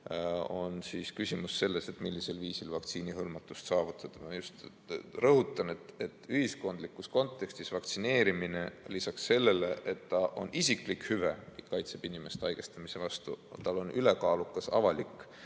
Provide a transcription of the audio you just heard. on küsimus selles, millisel viisil vaktsiinihõlmatust saavutada. Ma just rõhutan, et ühiskondlikus kontekstis on vaktsineerimisel – lisaks sellele, et ta on isiklik hüve ja kaitseb inimest haigestumise eest – ka ülekaalukas avalik